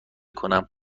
کنم